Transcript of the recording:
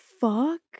fuck